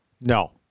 No